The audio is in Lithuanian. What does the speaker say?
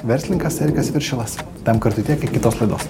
verslininkas erikas viršilas tam kartui tiek iki kitos laidos